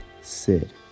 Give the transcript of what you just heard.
sid